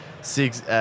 six